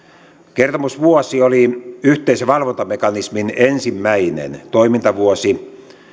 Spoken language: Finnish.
kertomusvuosi oli yhteisen valvontamekanismin ensimmäinen toimintavuosi